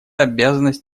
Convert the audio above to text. обязанность